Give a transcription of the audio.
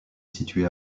située